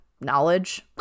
knowledge